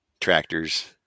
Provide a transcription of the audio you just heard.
tractors